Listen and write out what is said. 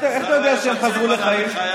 איך אתה יודע שהם חזרו לחיים?